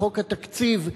בחוק התקציב,